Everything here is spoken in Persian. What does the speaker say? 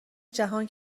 جهان